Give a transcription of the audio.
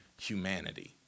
humanity